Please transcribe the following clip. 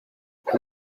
have